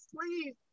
please